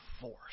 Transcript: force